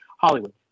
Hollywood